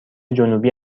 جنوبی